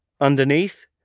underneath